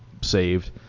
saved